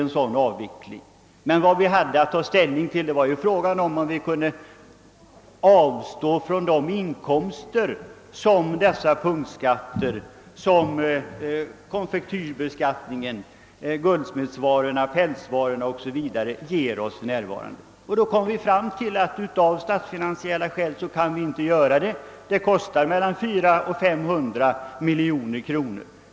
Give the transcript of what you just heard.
Men vad bevillningsutskottet då hade att ta ställning till var huruvida vi kan avstå från de inkomster som punktskatterna ger för närvarande, alltså skatten på konfektyrer samt guldsmedsvaror, pälsvaror 0O.s.v. Och då kom vi fram till att vi inte kan göra det av statsfinansiella skäl, eftersom det skulle betyda 400 å 500 miljoner kronor i inkomstbortfall.